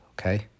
Okay